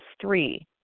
three